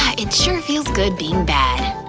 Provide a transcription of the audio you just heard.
it sure feels good being bad.